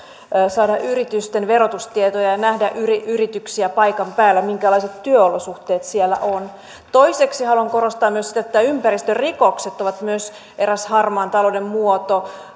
saada yritysten verotustietoja ja nähdä yrityksiä paikan päällä minkälaiset työolosuhteet siellä on toiseksi haluan korostaa sitä että ympäristörikokset ovat myös eräs harmaan talouden muoto